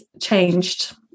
changed